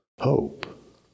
hope